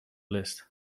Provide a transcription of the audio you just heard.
list